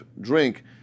drink